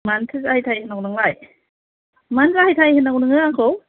मानोथो जाहे थाहे होननांगौ नोंलोय मानो जाहे थाहे होननांगौ नोङो आंखौ